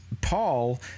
Paul